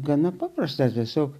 gana paprasta tiesiog